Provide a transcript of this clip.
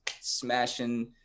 smashing